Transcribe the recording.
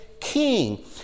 king